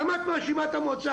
למה את מאשימה את המועצה?